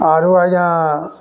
ଆରୁ ଆଜ୍ଞା